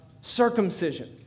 circumcision